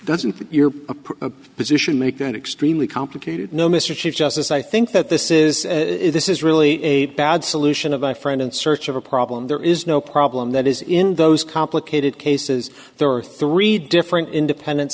doesn't your position make that extremely complicated no mr chief justice i think that this is this is really a bad solution of a friend in search of a problem there is no problem that is in those complicated cases there are three different independen